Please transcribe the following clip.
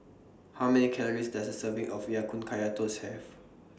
How Many Calories Does A Serving of Ya Kun Kaya Toast Have